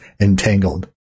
entangled